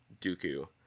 Dooku